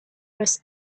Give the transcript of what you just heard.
was